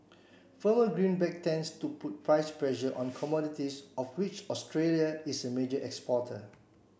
firmer green back tends to put price pressure on commodities of which Australia is a major exporter